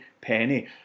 penny